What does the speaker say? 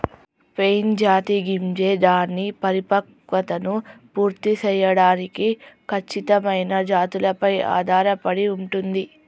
pine జాతి గింజ దాని పరిపక్వతను పూర్తి సేయడానికి ఖచ్చితమైన జాతులపై ఆధారపడి ఉంటుంది